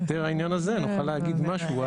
וכשהעניין הזה ייפתר נוכל להגיד משהו על